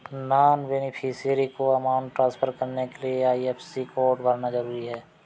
non beneficiary को amount transfer करने के लिए आई.एफ.एस.सी कोड भरना जरूरी है